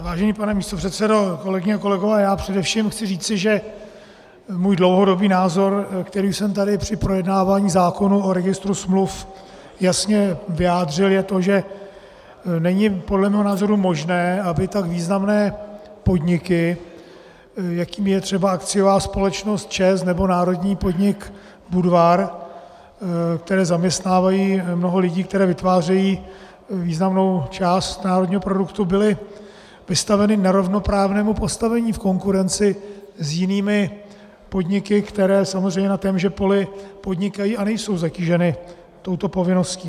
Vážený pane místopředsedo, kolegyně a kolegové, já chci především říci, že můj dlouhodobý názor, který jsem tady při projednávání zákona o registru smluv jasně vyjádřil, je to, že není podle mého názoru možné, aby tak významné podniky, jakým je třeba akciová společnost ČEZ nebo národní podnik Budvar, které zaměstnávají mnoho lidí, kteří vytvářejí významnou část národního produktu, byly vystaveny nerovnoprávnému postavení v konkurenci s jinými podniky, které samozřejmě na témže poli podnikají a nejsou zatíženy touto povinností.